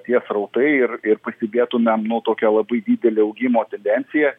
tie srautai ir ir pastebėtumėm nu tokią labai didelę augimo tendenciją